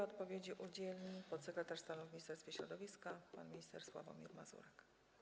Odpowiedzi udzieli podsekretarz stanu w Ministerstwie Środowiska pan minister Sławomir Mazurek.